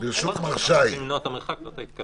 עד איזה מרחק זה נחשב בסמיכות?